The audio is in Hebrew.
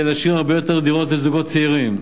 להשאיר הרבה יותר דירות לזוגות צעירים,